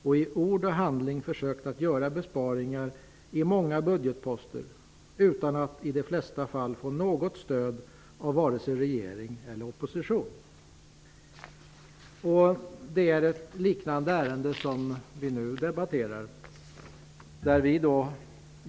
Vi har i ord och handling försökt att göra besparingar i många budgetposter utan att i de flesta fall få något stöd från vare sig regering eller opposition. Situationen är liknande i det ärende som vi nu debatterar.